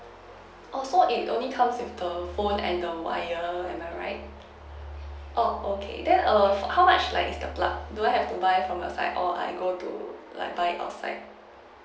oh so it only comes with the phone and the wire am I right oh okay then err how much like is the plug do I have to buy from the side or I go to like buy outside